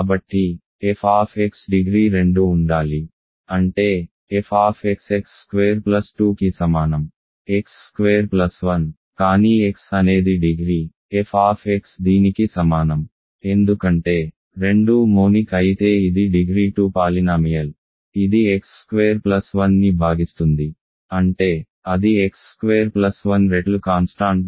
కాబట్టి f degree రెండు ఉండాలి అంటే f x స్క్వేర్ ప్లస్ 2 కి సమానం x స్క్వేర్ ప్లస్ 1 కానీ x అనేది డిగ్రీ f దీనికి సమానం ఎందుకంటే రెండూ మోనిక్ అయితే ఇది డిగ్రీ 2 పాలినామియల్ ఇది x స్క్వేర్ ప్లస్ 1ని భాగిస్తుంది అంటే అది x స్క్వేర్ ప్లస్ 1 రెట్లు కాన్స్టాంట్ గా ఉండాలి